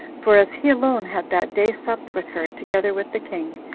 for as he alone had that day supped with her, together with the king,